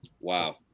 Wow